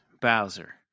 Bowser